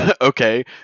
Okay